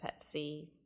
pepsi